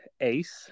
Ace